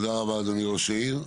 תודה רבה, אדוני ראש העיר.